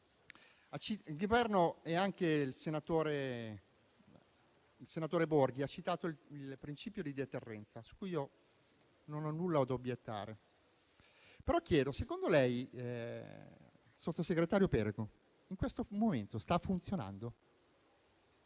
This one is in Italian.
al Governo. Il senatore Borghi ha citato il principio di deterrenza su cui io non ho nulla da obiettare, ma chiedo: secondo lei, sottosegretario Perego, in questo momento sta funzionando?